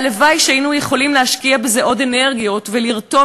והלוואי שהיינו יכולים להשקיע בזה עוד אנרגיות ולרתום